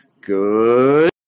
Good